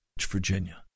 Virginia